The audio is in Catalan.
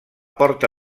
porta